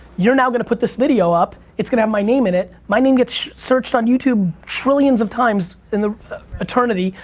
you're now gonna put this video up. it's gonna have um my name in it. my name gets searched on youtube trillions of times. in the eternity,